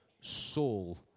soul